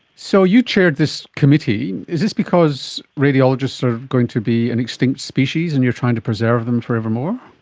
so you chaired this committee. is this because radiologists are going to be an extinct species and you're trying to preserve them for evermore?